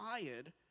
tired